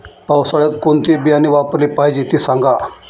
पावसाळ्यात कोणते बियाणे वापरले पाहिजे ते सांगा